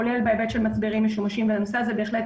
כולל בהיבט של מצברים משומשים והנושא זה כנראה